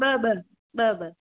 ॿ ॿ ॿ ॿ